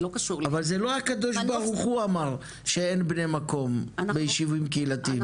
אבל זה לא הקדוש ברוך הוא אמר שאין בני מקום בישובים קהילתיים,